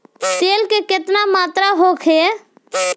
तेल के केतना मात्रा होखे?